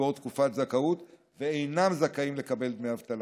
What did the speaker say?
לצבור תקופת זכאות ואינם זכאים לקבל דמי אבטלה.